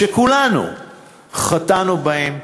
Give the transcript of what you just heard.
שכולנו חטאנו בהן,